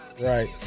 Right